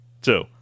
Two